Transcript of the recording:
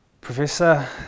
Professor